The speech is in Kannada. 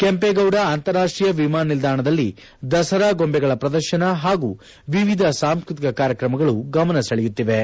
ಕೆಂಪೇಗೌಡ ಅಂತಾರಾಷ್ಟೀಯ ವಿಮಾನ ನಿಲ್ದಾಣದಲ್ಲಿ ದಸರಾ ಗೊಂಬೆಗಳ ಪ್ರದರ್ಶನ ಹಾಗೂ ವಿವಿಧ ಸಾಂಸ್ಕೃತಿಕ ಕಾರ್ಯರಕ್ರಮಗಳು ಗಮನ ಸೆಳೆಯುತ್ತಿವೆ